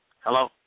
Hello